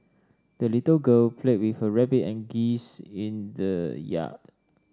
the little girl played with her rabbit and geese in the yard